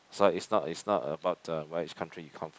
so it's not it's not about uh which country you come from